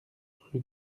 rue